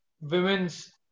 women's